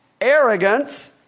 arrogance